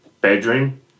bedroom